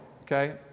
Okay